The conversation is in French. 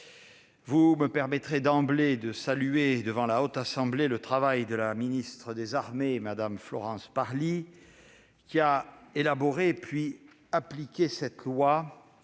Permettez-moi d'emblée de saluer, devant la Haute Assemblée, le travail de la ministre des armées, Mme Florence Parly, qui a élaboré, puis appliqué cette loi